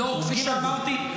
-- לא כפי שאמרתי.